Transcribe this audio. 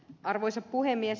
arvoisa puhemies